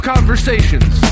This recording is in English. conversations